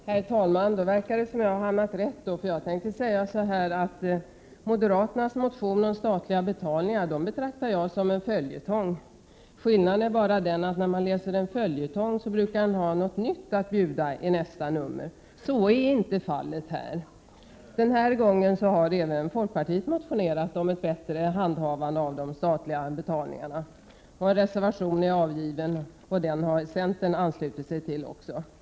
Herr talman! Det verkar som om jag har hamnat rätt. Jag tänkte säga att jag betraktar moderaternas motion om statliga betalningar som en följetong. Skillnaden är bara att när man läser en följetong brukar det bjudas på något nytt i nästa nummer. Så är inte fallet här. Denna gång har även folkpartiet motionerat om ett bättre handhavande av de statliga betalningarna. En reservation, som även centern har anslutit sig till, har avgivits.